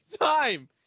time